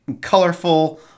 colorful